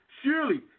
Surely